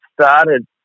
started